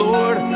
Lord